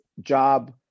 job